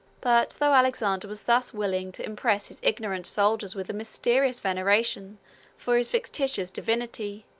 but, though alexander was thus willing to impress his ignorant soldiers with a mysterious veneration for his fictitious divinity,